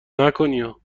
نکنیا